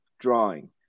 drawing